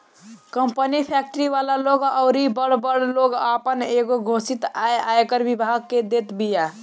company, factory वाला लोग अउरी बड़ बड़ लोग आपन एगो घोषित आय आयकर विभाग के देत बिया